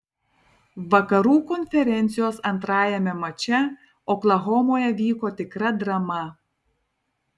vakarų konferencijos antrajame mače oklahomoje vyko tikra drama